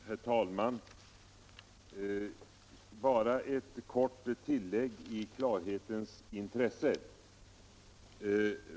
Herr talman! Bara ett kort tillägg i klarhetens intresse!